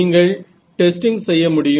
நீங்கள் டெஸ்டிங் செய்ய முடியும்